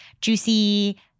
juicy